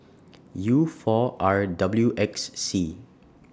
U four R W X C